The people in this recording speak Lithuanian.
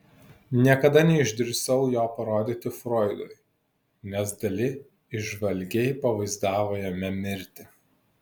niekada neišdrįsau jo parodyti froidui nes dali įžvalgiai pavaizdavo jame mirtį